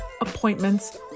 appointments